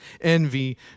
envy